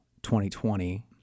2020